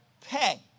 pay